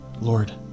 Lord